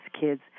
kids